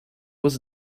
was